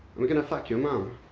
i'm gonna fuck your mom